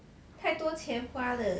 太多钱花了